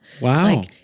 Wow